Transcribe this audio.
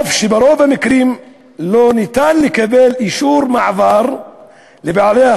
אף שברוב המקרים לא ניתן לקבל אישור מעבר לבעלי-החיים,